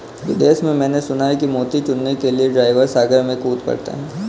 विदेश में मैंने सुना है कि मोती चुनने के लिए ड्राइवर सागर में कूद पड़ते हैं